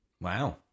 Wow